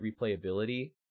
replayability